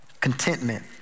contentment